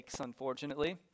unfortunately